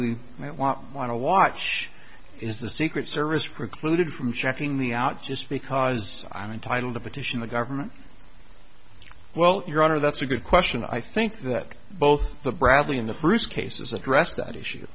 want want to watch is the secret service precluded from checking the out just because i'm entitle to petition the government well your honor that's a good question i think that both the bradley and the bruce cases address that issue